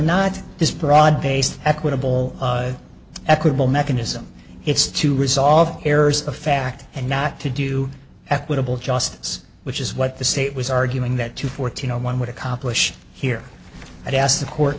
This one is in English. not this broad based equitable equitable mechanism it's to resolve errors of fact and not to do equitable justice which is what the state was arguing that to fourteen on one would accomplish here and ask the court